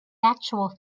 actual